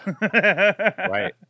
Right